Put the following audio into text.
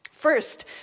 First